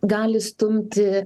gali stumti